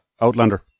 Outlander